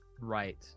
Right